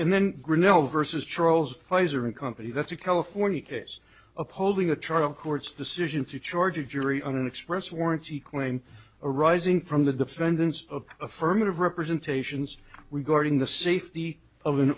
and then grinnell versus charles pfizer a company that's a california case upholding a charge of court's decision to charge a jury on an express warranty claim arising from the defendants of affirmative representations regarding the safety of an